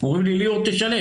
הם אומרים לי, ליאור, תשלם.